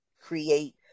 create